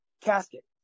casket